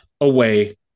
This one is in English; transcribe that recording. away